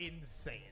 insane